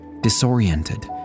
disoriented